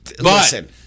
listen